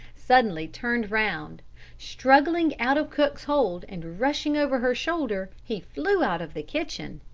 suddenly turned round struggling out of cook's hold and rushing over her shoulder, he flew out of the kitchen.